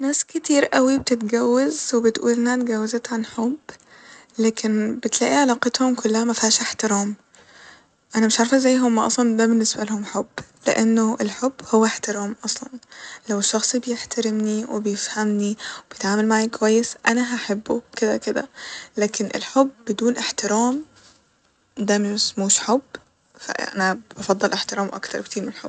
ناس كتير أوي بتتجوز وبتقول انها اتجوزت عن حب لكن بتلاقي علاقتهم كلها مفهاش احترام أنا مش عارفه ازاي هما اصلا ده باللنسبالهم حب لإنه الحب هو احترام اصلا لو الشخص بيحترمني وبيفهمني وبيتعامل معايا كويس أنا هحبه كده كده لكن الحب بدون احترام ده مسموش حب ف أ- أنا بفضل الاحترام اكتر بكتير م الحب